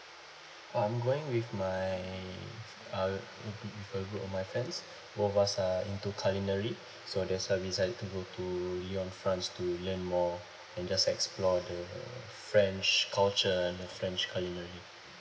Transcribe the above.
I'm going with my uh with a group of my friends of us are into culinary so that's why we decided to go to lyon france to learn more and just explore the french culture the french culinary